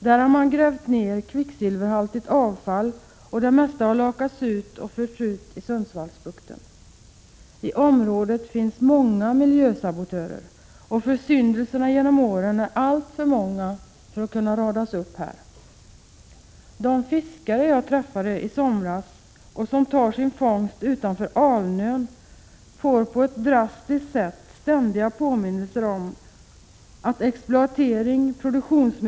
Där har man grävt ner kvicksilverhaltigt avfall, och det mesta har lakats ut och förts ut i Sundsvallsbukten. I området finns många miljösabotörer, och försyndelserna genom åren är alltför många för att kunna radas upp här. Fiskare som jag träffade i somras, som tar sin fångst utanför Alnön, får på ett drastiskt sätt ständiga påminnelser om hur exploatering, produktionsmetoder och makt — Prot.